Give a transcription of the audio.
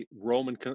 Roman